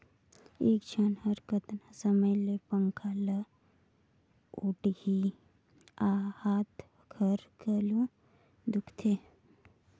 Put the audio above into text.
एक झन ह कतना समय ले पंखा ल ओटही, हात हर घलो दुखते